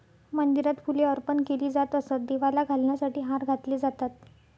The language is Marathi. मंदिरात फुले अर्पण केली जात असत, देवाला घालण्यासाठी हार घातले जातात